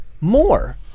More